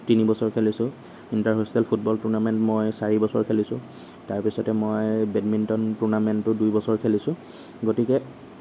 তিনি বছৰ খেলিছো ইণ্টাৰ হোষ্টেল ফুটবল টুৰ্ণামেণ্ট মই চাৰি বছৰ খেলিছোঁ তাৰপিছতে বেডমিণ্ট টুৰ্ণামেণ্টো দুই বছৰ খেলিছোঁ গতিকে